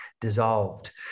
dissolved